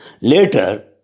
Later